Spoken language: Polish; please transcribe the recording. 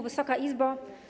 Wysoka Izbo!